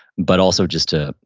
but also just to,